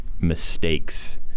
mistakes